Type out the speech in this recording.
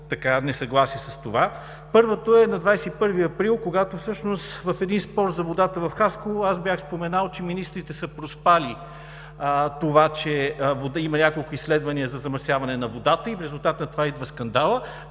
несъгласие с това. Първото е на 21 април, когато всъщност в спор за водата в Хасково бях споменал, че министрите са проспали това, че има няколко изследвания за замърсяване на водата и в резултат на това идва скандалът.